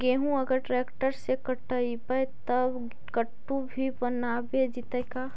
गेहूं अगर ट्रैक्टर से कटबइबै तब कटु भी बनाबे जितै का?